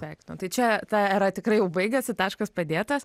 daiktą tai čia ta era tikrai jau baigėsi taškas padėtas